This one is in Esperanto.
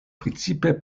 precipe